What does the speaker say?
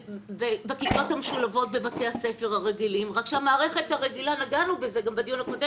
בכיתות המשולבות בבתי הספר הרגילים נגענו בזה גם בדיון הקודם